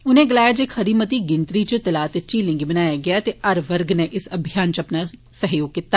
उनें गलाया खरी मती गिनतरी इच तला ते झीलें गी बनाया गेआ ते हर वर्ग नै इस अभियान इच अपना सहयोग कीती